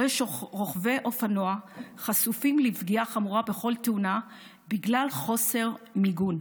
הרי שרוכבי אופנוע חשופים לפגיעה חמורה בכל תאונה בגלל חוסר מיגון.